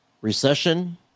Recession